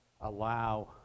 allow